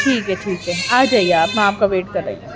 ٹھیک ہے ٹھیک ہے آ جائیے آپ میں آپ کا ویٹ کر رہی ہوں